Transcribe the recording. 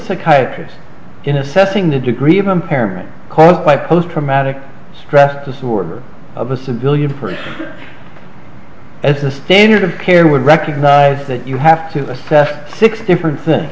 psychiatrist in assessing the degree of impairment caused by post traumatic stress disorder of a civilian person as a standard of care would recognize that you have to test six different things